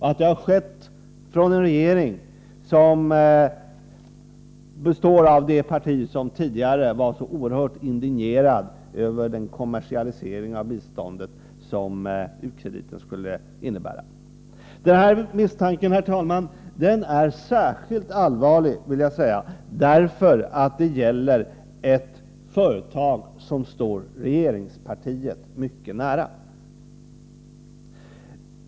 Den regering det gäller består dessutom av företrädare för det parti som tidigare var så oerhört indignerat över den kommersialisering av biståndet som u-krediterna skulle innebära. Den här misstanken, herr talman, är särskilt allvarlig eftersom det gäller ett företag som står regeringspartiet mycket nära.